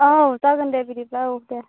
औ जागोन दे बिदिब्ला औ दे